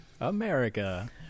America